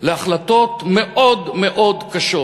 להחלטות מאוד מאוד קשות,